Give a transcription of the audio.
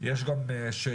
יש גם שאלה